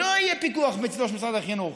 לא יהיה פיקוח מצידו של משרד החינוך.